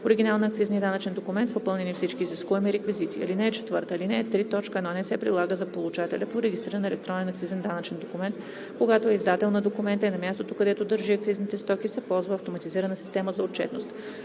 оригинал на акцизния данъчен документ с попълнени всички изискуеми реквизити. (4) Алинея 3, т. 1 не се прилага за получателя по регистриран електронен акцизен данъчен документ, когато е издател на документа, и на мястото, където държи акцизните стоки, се използва автоматизирана система за отчетност.